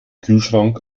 kühlschrank